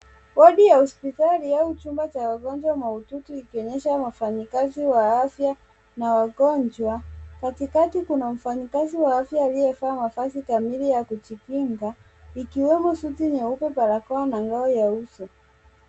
Wodi ya hospitali au chumba cha wagonjwa mahututi ikionyesha wafanyikazi wa afya na wagonjwa, katikati kuna mfanyikazi wa afya aliyevaa mavazi kamili ya kujikinga ikiwemo suti nyeupe barakoa na ngao ya uso.